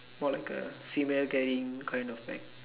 more like a female carrying kind of bag